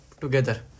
together